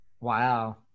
Wow